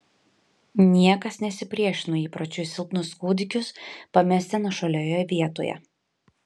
niekas nesipriešino įpročiui silpnus kūdikius pamesti nuošalioje vietoje